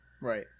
Right